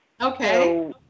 okay